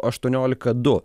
aštuoniolika du